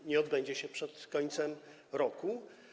i nie odbędzie się ono przed końcem roku.